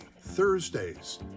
Thursdays